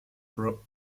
pro